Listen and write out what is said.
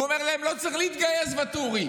הוא אומר להם שלא צריך להתגייס, ואטורי,